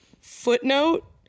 Footnote